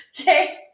Okay